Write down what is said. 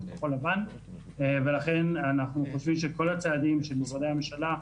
כחול לבן ולכן אנחנו חושבים שכל הצעדים של משרדי הממשלה,